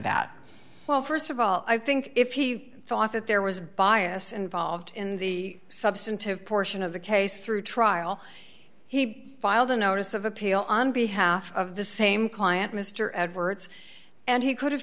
that well st of all i think if he thought that there was bias involved in the substantive portion of the case through trial he filed a notice of appeal on behalf of the same client mr edwards and he could have